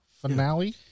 Finale